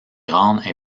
grande